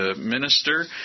minister